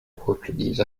portuguese